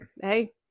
hey